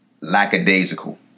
Lackadaisical